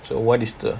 so what is the